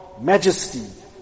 majesty